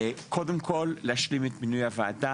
קודם כול, להשלים את מינוי הוועדה.